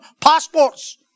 passports